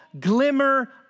glimmer